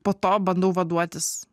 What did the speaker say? po to bandau vaduotis